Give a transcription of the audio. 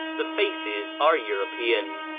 the faces are european.